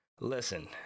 Listen